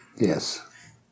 Yes